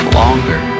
longer